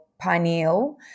pineal